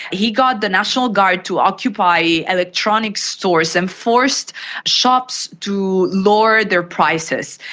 he got the national guard to occupy electronics stores and forced shops to lower their prices.